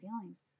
feelings